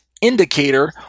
indicator